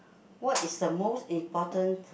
what is the most important